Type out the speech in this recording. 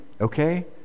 okay